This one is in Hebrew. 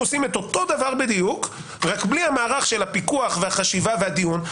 עושים אותו דבר בדיוק רק בלי המערך של הפיקוח והחשיבה והדיון.